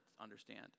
understand